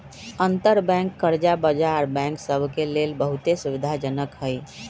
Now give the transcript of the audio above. अंतरबैंक कर्जा बजार बैंक सभ के लेल बहुते सुविधाजनक हइ